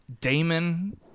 Damon